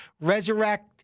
resurrect